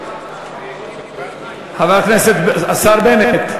השר בנט.